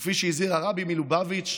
כפי שהזהיר הרבי מלובביץ'